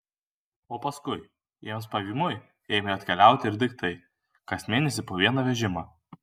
o paskui jiems pavymui ėmė atkeliauti ir daiktai kas mėnesį po vieną vežimą